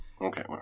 Okay